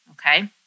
Okay